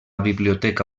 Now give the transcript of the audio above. biblioteca